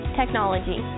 technology